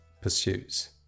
pursuits